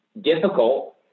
difficult